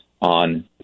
on